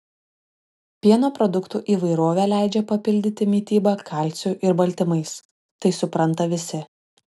pieno produktų įvairovė leidžia papildyti mitybą kalciu ir baltymais tai supranta visi